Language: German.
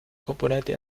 komponente